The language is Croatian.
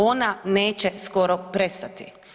Ona neće skoro prestati.